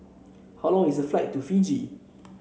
how long is the flight to Fiji